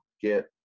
get